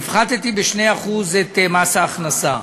הפחתתי ב-2% את מס ההכנסה.